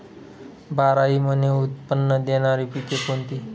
बाराही महिने उत्त्पन्न देणारी पिके कोणती?